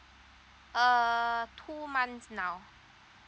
uh two months now